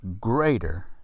greater